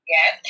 Yes